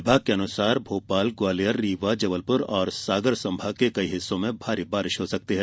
विभाग के अनुसार भोपाल ग्वालियर रीवा जबलपुर और सागर सम्भाग के कई हिस्सों में भारी बारिश हो सकती है